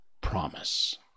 promise